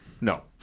No